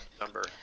number